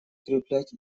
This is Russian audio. укреплять